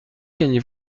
gagnez